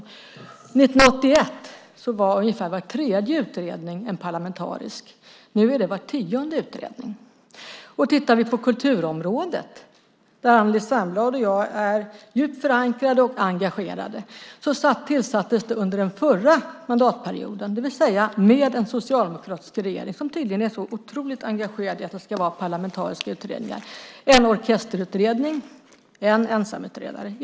År 1981 var ungefär var tredje utredning parlamentarisk. Nu är det var tionde utredning. På kulturområdet där Anneli Särnblad och jag är förankrade och djupt engagerade tillsattes det under den förra mandatperioden - alltså med en socialdemokratisk regering som tydligen är så otroligt engagerad i att det ska vara parlamentariska utredningar - en orkesterutredning med en ensamutredare.